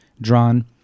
drawn